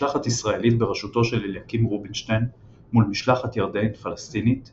משלחת ישראלית בראשותו של אליקים רובינשטיין מול משלחת ירדנית-פלסטינית;